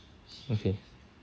okay